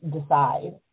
decide